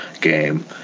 game